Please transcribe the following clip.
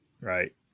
right